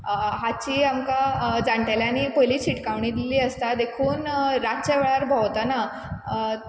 हाची आमकां जाण्टेल्यांनी पयलींच शिटकावणी दिल्ली आसता देखून रातचे वेळार भोंवतना